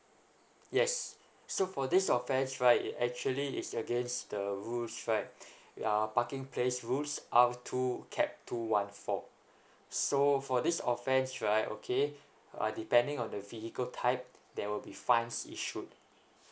yes so for this offence right it actually is against the rules right uh parking place rules out two kept two one four so for this offence right okay uh depending on the vehicle type there will be fines issued